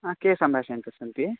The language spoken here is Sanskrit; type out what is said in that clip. हा के सम्भाषयन्तस्सन्ति